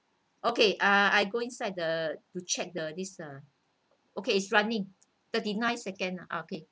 okay ah I go inside the you check the this uh okay it's running thirty nine second ah okay